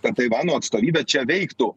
kad taivano atstovybė čia veiktų